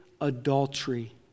adultery